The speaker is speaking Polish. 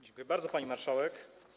Dziękuję bardzo, pani marszałek.